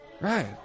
right